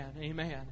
Amen